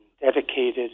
dedicated